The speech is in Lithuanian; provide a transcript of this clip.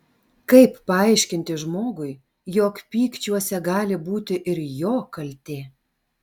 kaip paaiškinti žmogui jog pykčiuose gali būti ir jo kaltė